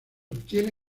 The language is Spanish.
obtiene